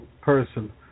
person